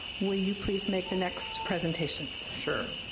will you please make the next presentations? sure.